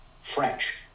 French